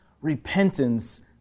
Repentance